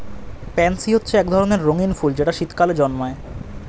pansy হচ্ছে এক ধরনের রঙিন ফুল যেটা শীতকালে জন্মায়